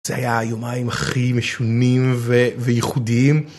זה היה היומיים הכי משונים וייחודיים.